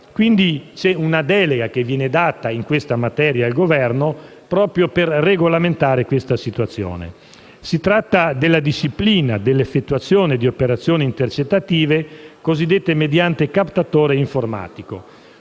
i modi. Una delega viene data, quindi, in questa materia al Governo, proprio per regolamentare la situazione. Si tratta della disciplina dell'effettuazione di operazioni intercettative cosiddette mediante captatore informatico.